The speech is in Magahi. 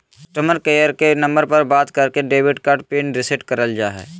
कस्टमर केयर के नम्बर पर बात करके डेबिट कार्ड पिन रीसेट करल जा हय